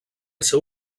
seu